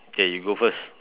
okay you go first